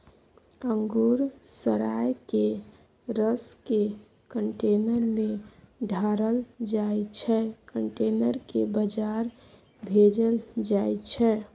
अंगुर सराए केँ रसकेँ कंटेनर मे ढारल जाइ छै कंटेनर केँ बजार भेजल जाइ छै